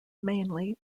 mainly